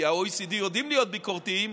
כי ה-OECD יודעים להיות ביקורתיים,